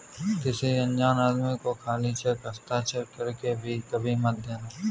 किसी अनजान आदमी को खाली चेक हस्ताक्षर कर के कभी मत देना